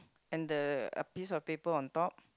and the piece of paper on top